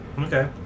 Okay